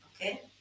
Okay